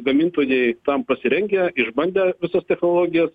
gamintojai tam pasirengę išbandę visas technologijas